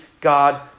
God